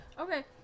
Okay